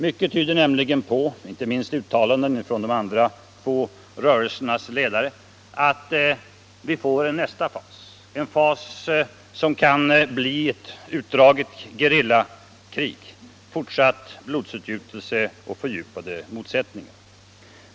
Mycket —- inte minst uttalanden från de två andra rörelsernas ledare — tyder nämligen på att vi får en nästa fas, en fas som kan bli ett utdraget gerillakrig, fortsatt blodsutgjutelse och fördjupade motsättningar.